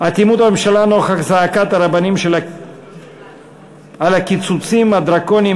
אטימות הממשלה נוכח זעקת הרבנים על הקיצוצים הדרקוניים